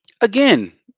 Again